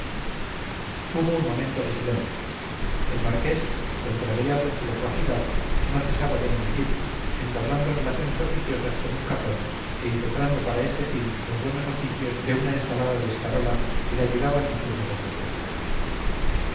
hubo un momento de silencio el marqués contrariado en su locuacidad no cesaba de engullir entablando relaciones oficiosas con un capón e impetrando para este fin los buenos oficios de una ensalada de escarola que le ayudaba en sus negociaciones